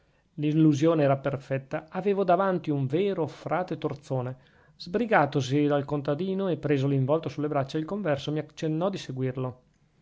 l'illusione era perfetta avevo davanti un vero frate torzone sbrigatosi dal contadino e preso l'involto sulle braccia il converso mi accennò di seguirlo